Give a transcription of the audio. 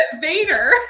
vader